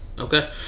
Okay